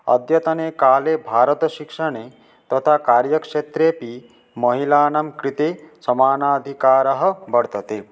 अद्यतने काले भारतशिक्षणे तथा कार्य क्षेत्रेऽपि महिलानां कृते समानाधिकारः वर्तते